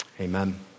Amen